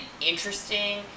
interesting